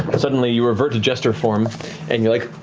and suddenly, you revert to jester form and you're like,